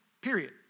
Period